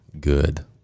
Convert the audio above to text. good